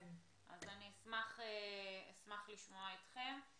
אני אשמח לשמוע אתכם.